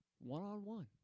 One-on-one